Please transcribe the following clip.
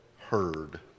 heard